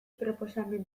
proposamen